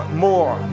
more